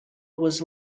was